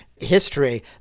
history